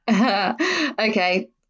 okay